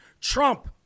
Trump